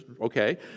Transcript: okay